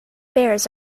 bears